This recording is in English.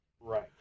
Right